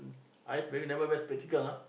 eyes very never wear spectacle ah